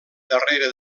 darrere